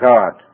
God